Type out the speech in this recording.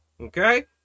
okay